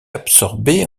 absorbé